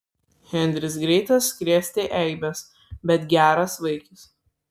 henris greitas krėsti eibes bet geras vaikis